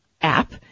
app